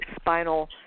spinal